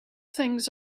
things